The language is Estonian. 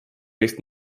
eesti